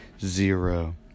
zero